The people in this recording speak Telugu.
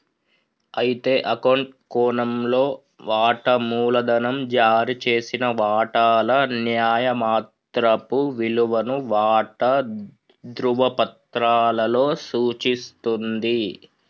అయితే అకౌంట్ కోణంలో వాటా మూలధనం జారీ చేసిన వాటాల న్యాయమాత్రపు విలువను వాటా ధ్రువపత్రాలలో సూచిస్తుంది